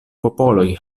popoloj